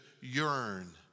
yearn